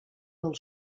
del